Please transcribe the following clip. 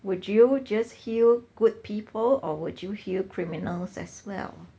would you just heal good people or would you heal criminals as well